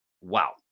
Wow